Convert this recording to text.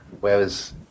whereas